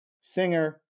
singer